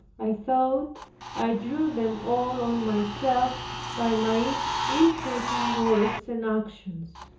i thought i drew them all on myself by my imprudent words and actions